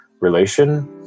relation